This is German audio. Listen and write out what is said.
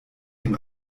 dem